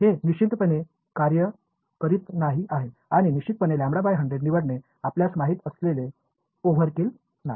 हे निश्चितपणे कार्य करीत नाही आहे आणि निश्चितपणे λ 100 निवडणे आपल्यास माहित असलेले ओव्हरकिल नाही